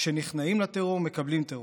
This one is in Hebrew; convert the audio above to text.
כשנכנעים לטרור, מקבלים טרור.